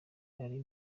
ari